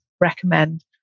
recommend